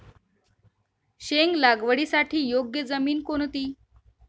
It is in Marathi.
शेंग लागवडीसाठी योग्य जमीन कोणती?